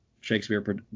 Shakespeare